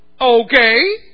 Okay